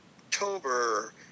October